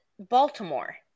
baltimore